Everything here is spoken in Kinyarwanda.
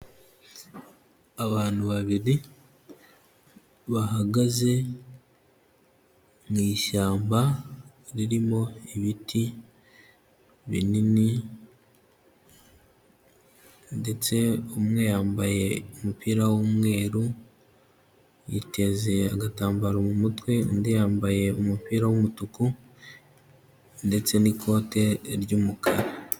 Abantu babiri bahagaze mu ishyamba ririmo ibiti binini, ndetse umwe yambaye umupira w'umweru, yiteze agatambaro mu mutwe, undi yambaye umupira w'umutuku ndetse n'ikote ry'umukara.